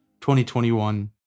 2021